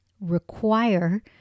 require